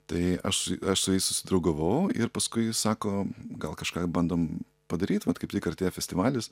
tai aš aš su jais susidraugavau ir paskui sako gal kažką bandom padaryt vat kaip tik artėja festivalis